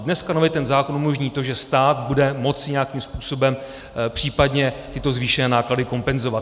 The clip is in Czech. Dneska nově ten zákon umožní to, že stát bude moci nějakým způsobem případně tyto zvýšené náklady kompenzovat.